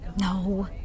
No